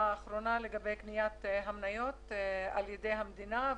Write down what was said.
האחרונה לגבי קניית המניות על ידי המדינה,